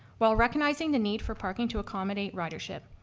while recognizing the need for parking to accommodate ridership.